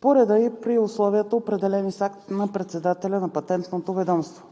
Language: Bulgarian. по реда и при условията, определени с акт на председателя на Патентното ведомство.